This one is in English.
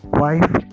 wife